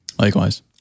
Likewise